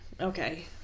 Okay